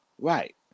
Right